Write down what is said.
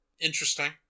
interesting